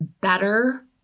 better